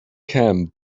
camp